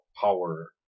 power